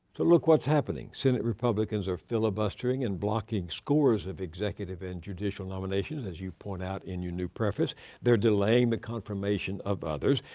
look what's happening. senate republicans are filibustering and blocking scores of executive and judicial nominations, as you point out in your new preface they're delaying the confirmation of others.